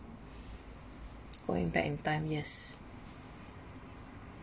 going back in time yes